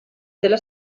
della